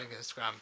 Instagram